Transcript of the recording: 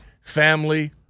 family